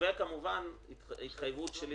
כמובן התחייבות שלי.